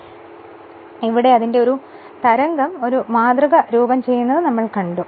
നമ്മളിവിട അതിന്റെ തരംഗം ഒരു മാതൃക രൂപം ചെയുന്നത് കണ്ടു